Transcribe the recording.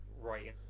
Right